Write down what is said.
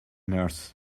nurse